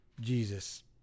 Jesus